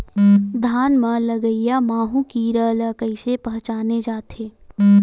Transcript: धान म लगईया माहु कीरा ल कइसे पहचाने जाथे?